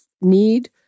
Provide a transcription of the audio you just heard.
need